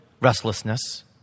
restlessness